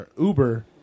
Uber